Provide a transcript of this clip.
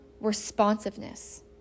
responsiveness